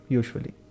usually